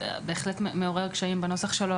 בהחלט מעורר קשיים בנוסח שלו,